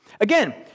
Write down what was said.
Again